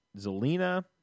Zelina